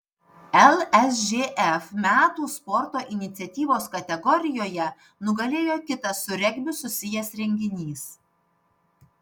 lsžf metų sporto iniciatyvos kategorijoje nugalėjo kitas su regbiu susijęs renginys